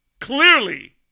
Clearly